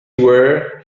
were